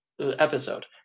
episode